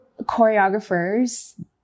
choreographers